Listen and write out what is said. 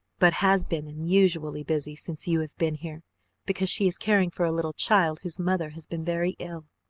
but has been unusually busy since you have been here because she is caring for a little child whose mother has been very ill.